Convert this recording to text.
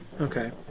Okay